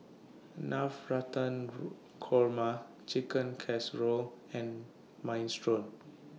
Navratan Korma Chicken Casserole and Minestrone